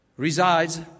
resides